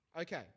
Okay